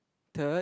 third